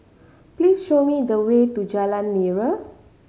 please show me the way to Jalan Nira